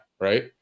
right